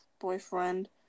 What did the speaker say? boyfriend